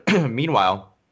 Meanwhile